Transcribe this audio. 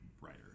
writer